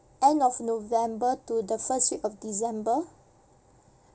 end of november to the first week of december